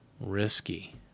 Risky